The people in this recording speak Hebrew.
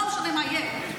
לא משנה מה יהיה,